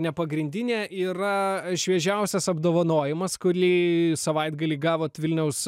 ne pagrindinė yra šviežiausias apdovanojimas kurį savaitgalį gavot vilniaus